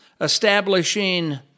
establishing